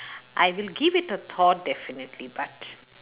I will give it a thought definitely but